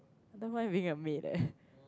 I don't mind being a maid eh